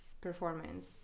performance